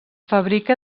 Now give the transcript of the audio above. fabrica